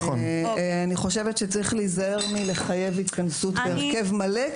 אני חושבת שצריך להיזהר מלחייב התכנסות בהרכב מלא,